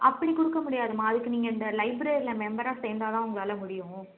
அப்படி கொடுக்க முடியாதும்மா அதுக்கு நீங்கள் இந்த லைப்ரரியில் மெம்பராக சேர்ந்தா தான் உங்களால் முடியும்